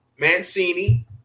Mancini